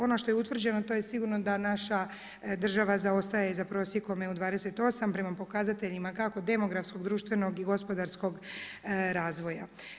Ono što je utvrđeno, to je sigurno da naša država zaostaje za prosjekom EU 28, prema pokazateljima kako demografskog, društvenog i gospodarskog razvoja.